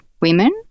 women